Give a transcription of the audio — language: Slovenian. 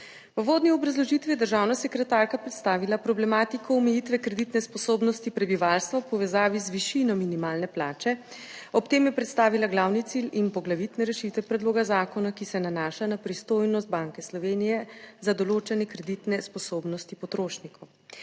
V uvodni obrazložitvi je državna sekretarka predstavila problematiko omejitve kreditne sposobnosti prebivalstva v povezavi z višino minimalne plače. Ob tem je predstavila glavni cilj in poglavitne rešitve predloga zakona, ki se nanaša na pristojnost Banke Slovenije za določanje kreditne sposobnosti potrošnikov.